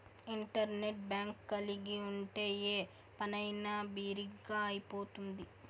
internet bank కలిగి ఉంటే ఏ పనైనా బిరిగ్గా అయిపోతుంది